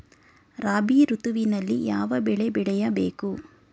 ರಾಬಿ ಋತುವಿನಲ್ಲಿ ಯಾವ ಬೆಳೆ ಬೆಳೆಯ ಬೇಕು?